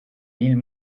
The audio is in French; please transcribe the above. mille